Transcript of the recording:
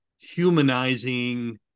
humanizing